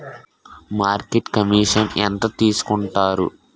మార్కెట్లో కమిషన్ ఎంత తీసుకొంటారు?